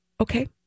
Okay